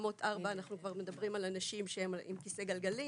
ברמות 4 אנחנו כבר מדברים על אנשים שהם עם כיסא גלגלים,